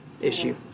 issue